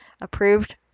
approved